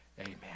amen